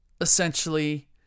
essentially